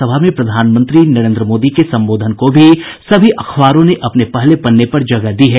संयुक्त राष्ट्र महासभा में प्रधानमंत्री नरेन्द्र मोदी के संबोधन को भी सभी अखबारों ने अपने पहले पन्ने पर जगह दी है